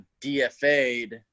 DFA'd